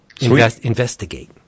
Investigate